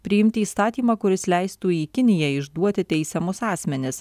priimti įstatymą kuris leistų į kiniją išduoti teisiamus asmenis